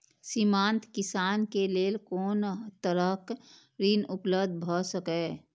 सीमांत किसान के लेल कोन तरहक ऋण उपलब्ध भ सकेया?